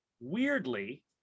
weirdly